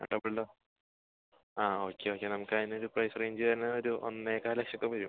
double door ആ okay okay നമുക്ക് അതിനൊരു പ്രൈസ് റേഞ്ച് വരുന്നത് ഒരു ഒന്ന് കാൽ ലക്ഷമൊക്കെ വരും